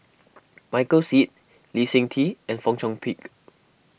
Michael Seet Lee Seng Tee and Fong Chong Pik